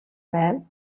байв